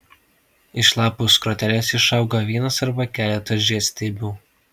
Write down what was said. iš lapų skrotelės išauga vienas arba keletas žiedstiebių